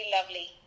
lovely